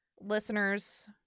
Listeners